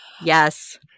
Yes